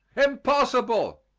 impossible!